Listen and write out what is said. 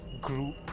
group